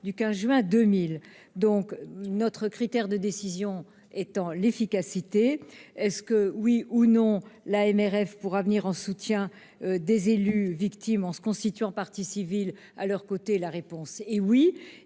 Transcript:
du 15 juin 2000, donc notre critère de décision étant l'efficacité est-ce que oui ou non l'AMRF pourra venir en soutien des élus victimes en se constituant partie civile à leurs côtés, la réponse est oui,